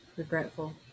regretful